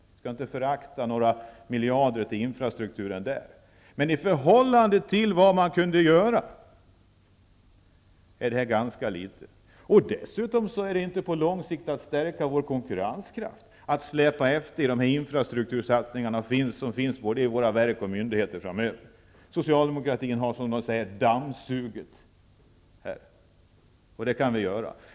Vi skall inte förakta några miljarder till infrastrukturen, men i förhållande till vad vi kunde göra, är det ganska litet. Vi stärker dessutom inte vår konkurrenskraft på lång sikt genom att släpa efter med de infrastruktursatsningar som våra verk och myndigheter har planer på framöver. Socialdemokraterna har ''dammsugit'' här.